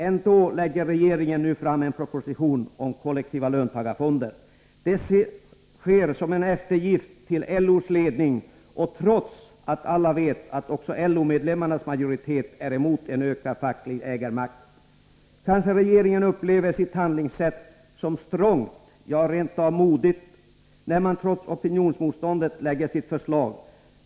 Ändå lägger regeringen nu fram en proposition om kollektiva löntagarfonder. Det sker som en eftergift till LO:s ledning och trots att alla vet att också LO-medlemmarnas majoritet är emot en ökad facklig ägarmakt. Kanske regeringen upplever sitt handlingssätt som ”strongt” och ”modigt”, när den trots opinionsmotståndet lägger fram sitt förslag.